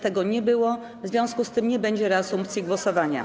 Tego nie było, w związku z tym nie będzie reasumpcji głosowania.